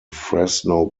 fresno